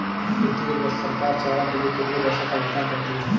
प्रत्येक वर्ष सरकार चारा के लिए कितने पैसों का भुगतान करती है?